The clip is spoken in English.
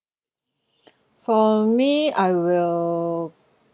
for me I will